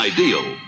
Ideal